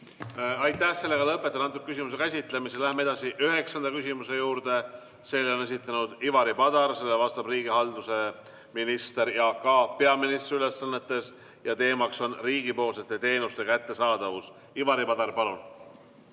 Aitäh! Lõpetan selle küsimuse käsitlemise. Läheme edasi üheksanda küsimuse juurde. Selle on esitanud Ivari Padar, sellele vastab riigihalduse minister Jaak Aab peaministri ülesannetes ja teema on riigipoolsete teenuste kättesaadavus. Ivari Padar, palun!